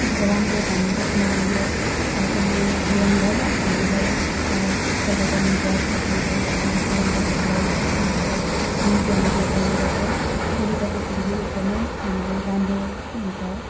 राम्रो ठानिन्छ किनभने यो यसले जीवनभर आफ् हामीलाई एकपल्ट गभर्मेन्ट जब आफ्नो भएपछि जीवनभर आफूलाई मतलब मन्थली हामीले पाउने गर्छौँ त्यसले गर्दाखेरि यो एकदमै हामीलाई राम्रो हुन्छ